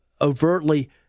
overtly